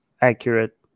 accurate